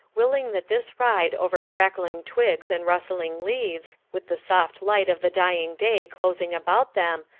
willing that this ride over crackling twigs and rustling leaves, with the soft, light of the dying day closing about them,